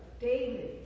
David